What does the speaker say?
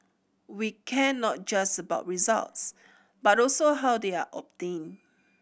we care not just about results but also how they are obtained